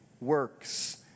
works